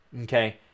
Okay